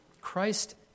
Christ